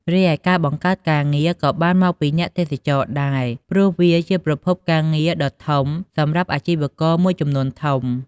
រីឯ ការបង្កើតការងារ ក៏បានមកពីអ្នកទេសចរណ៍ដែរ ព្រោះវាជាប្រភពការងារដ៏ធំសម្រាប់អាជីវករមួយចំនួនធំ។